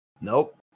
Nope